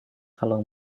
kalau